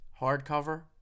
hardcover